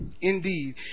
indeed